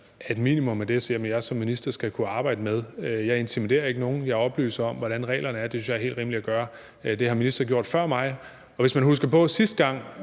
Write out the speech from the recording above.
til det, jeg også som minister skal kunne arbejde med. Jeg intimiderer ikke nogen. Jeg oplyser om, hvordan reglerne er. Det synes jeg er helt rimeligt at gøre. Det har ministre gjort før mig. Og hvis man husker tilbage på sidste gang,